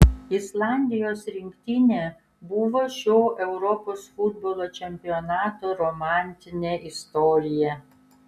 islandijos rinktinė buvo šio europos futbolo čempionato romantinė istorija